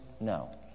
No